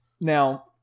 Now